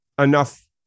enough